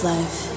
Life